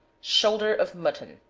shoulder of mutton.